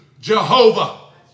Jehovah